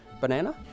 Banana